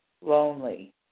lonely